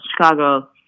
chicago